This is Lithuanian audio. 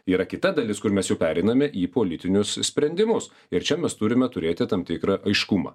yra kita dalis kur mes jau pereiname į politinius sprendimus ir čia mes turime turėti tam tikrą aiškumą